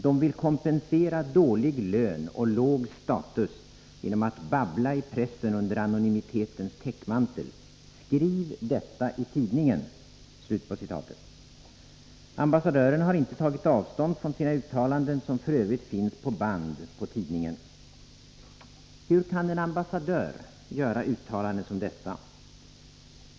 De vill kompensera dålig lön och låg status genom att babbla i pressen under anonymitetens täckmantel. Skriv detta i tidningen.” Ambassadören har inte tagit avstånd från sina uttalanden, som f. ö. finns på band hos tidningen. Hur kan en ambassadör göra uttalanden som dessa?